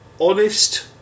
honest